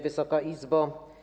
Wysoka Izbo!